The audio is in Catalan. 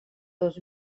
dos